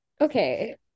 Okay